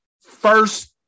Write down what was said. first